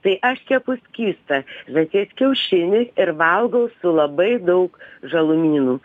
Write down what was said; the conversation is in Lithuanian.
tai aš kepu skystą žąsies kiaušinį ir valgau su labai daug žalumynų